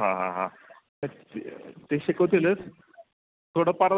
हां हां हां ते शिकवतीलच थोडंफार